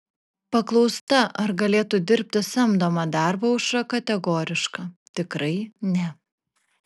paklausta ar galėtų dirbti samdomą darbą aušra kategoriška tikrai ne